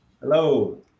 Hello